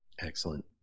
excellent